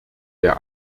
der